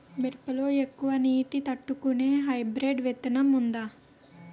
మిరప లో ఎక్కువ నీటి ని తట్టుకునే హైబ్రిడ్ విత్తనం వుందా?